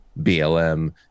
BLM